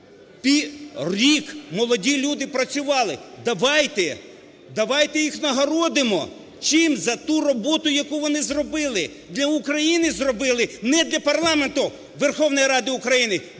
рік молоді люди працювали, давайте, давайте їх нагородимо чимось за ту роботу, яку вони зробили, для України зробили, не для парламенту, Верховної Ради України.